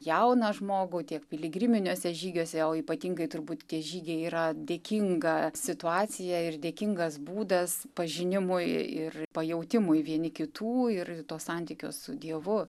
jauną žmogų tiek piligriminiuose žygiuose o ypatingai turbūt tie žygiai yra dėkinga situacija ir dėkingas būdas pažinimui ir pajautimui vieni kitų ir to santykio su dievu